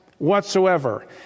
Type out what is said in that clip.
whatsoever